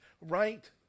right